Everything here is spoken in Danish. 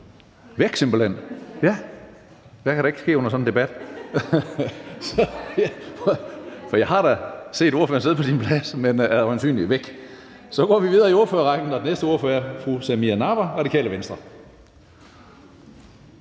er simpelt hen væk. Ja, hvad kan der ikke ske under sådan en debat. Jeg har da set ordføreren sidde på sin plads, men nu er hun øjensynligt væk. Så går vi videre i ordførerrækken, og den næste ordfører er fru Samira Nawa, Radikale Venstre.